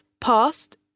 past